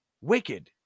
Wicked